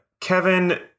Kevin